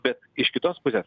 bet iš kitos pusės